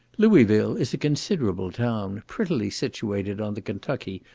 louisville is a considerable town, prettily situated on the kentucky,